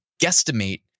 guesstimate